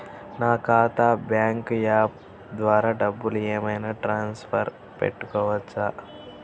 నా ఖాతా bank app ద్వారా డబ్బులు ఏమైనా ట్రాన్స్ఫర్ పెట్టుకోవచ్చా?